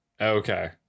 okay